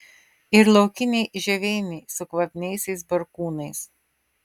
ir laukiniai žioveiniai su kvapniaisiais barkūnais